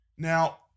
Now